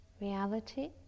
reality